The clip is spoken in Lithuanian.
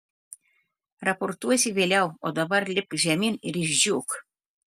raportuosi vėliau o dabar lipk žemyn ir išdžiūk